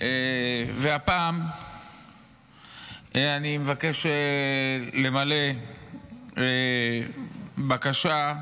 והפעם אני מבקש למלא בקשה,